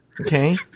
Okay